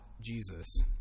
jesus